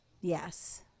yes